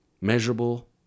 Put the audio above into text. measurable